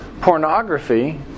Pornography